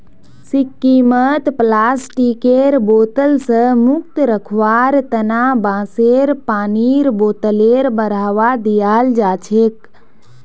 सिक्किमत प्लास्टिकेर बोतल स मुक्त रखवार तना बांसेर पानीर बोतलेर बढ़ावा दियाल जाछेक